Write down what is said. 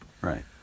Right